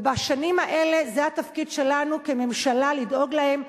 ובשנים האלה זה התפקיד שלנו כממשלה לדאוג להם.